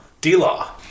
D-Law